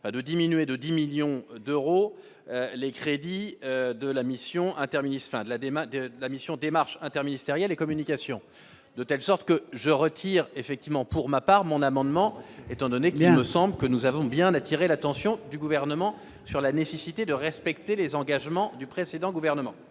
de la mission interministérielle, la démarche de la mission démarche interministériel et communication de telle sorte que je retire effectivement, pour ma part mon amendement, étant donné qu'il me semble que nous avons bien d'attirer l'attention du gouvernement sur la nécessité de respecter les engagements du précédent gouvernement.